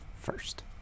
first